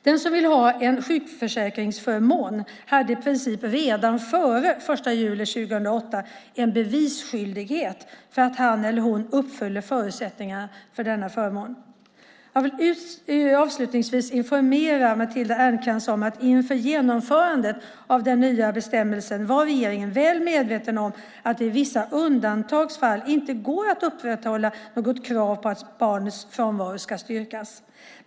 Den som vill ha en socialförsäkringsförmån hade i princip redan före den 1 juli 2008 en bevisskyldighet för att han eller hon uppfyller förutsättningarna för denna förmån. Jag vill avslutningsvis informera Matilda Ernkrans om att regeringen inför genomförandet av den nya bestämmelsen var väl medveten om att det i vissa undantagsfall inte går att upprätthålla något krav på att barnets frånvaro ska styrkas.